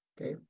okay